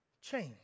change